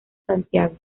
santiago